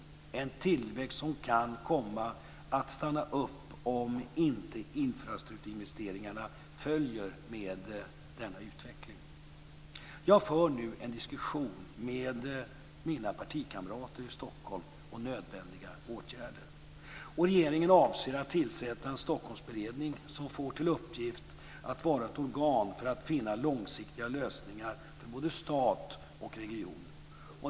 Det är en tillväxt som kan komma att stanna upp om inte infrastrukturinvesteringarna följer med denna utveckling. Jag för nu en diskussion med mina partikamrater i Stockholm om nödvändiga åtgärder. Regeringen avser att tillsätta en Stockholmsberedning som får till uppgift att vara ett organ för att finna långsiktiga lösningar för både stat och region.